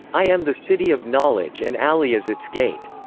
i am the city of knowledge and ali is its gate.